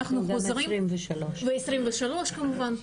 ו-23 כמובן,